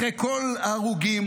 אחרי כל ההרוגים,